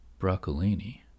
Broccolini